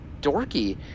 dorky